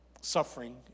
suffering